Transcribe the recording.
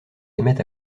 aimait